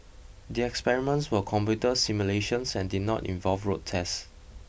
the experiments were computer simulations and did not involve road tests